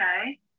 okay